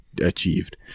achieved